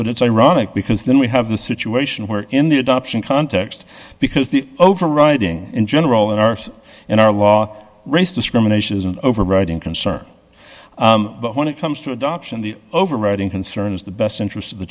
but it's ironic because then we have the situation where in the adoption context because the overriding in general in our in our law race discrimination is an overriding concern but when it comes to adoption the overriding concern is the best interest of the